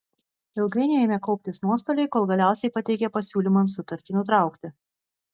ilgainiui ėmė kauptis nuostoliai kol galiausiai pateikė pasiūlymą sutartį nutraukti